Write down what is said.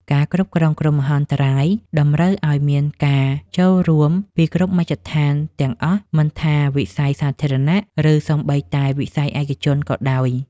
ការគ្រប់គ្រងគ្រោះមហន្តរាយតម្រូវឱ្យមានការចូលរួមពីគ្រប់មជ្ឈដ្ឋានទាំងអស់ មិនថាវិស័យសាធារណៈ ឬសូម្បីតែវិស័យឯកជនក៏ដោយ។